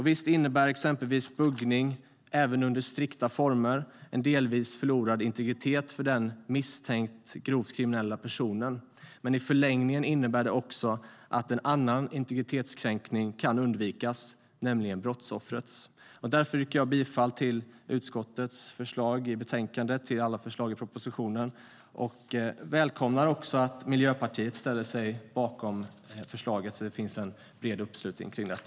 Visst innebär exempelvis buggning, även under strikta former, en delvis förlorad integritet för den person som misstänks vara grovt kriminell, men i förlängningen innebär det också att en annan integritetskränkning kan undvikas, nämligen brottsoffrets. Därför yrkar jag bifall till utskottets förslag i betänkandet och till alla förslag i propositionen. Jag välkomnar också att Miljöpartiet ställer sig bakom förslaget, så att det finns en bred uppslutning kring det.